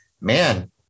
man